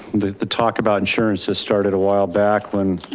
the talk about insurances started a while back when